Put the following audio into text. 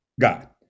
got